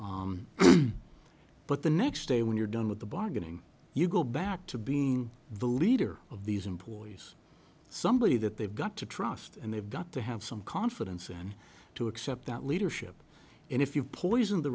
helpful but the next day when you're done with the bargaining you go back to being the leader of these employees somebody that they've got to trust and they've got to have some confidence and to accept that leadership and if you poison the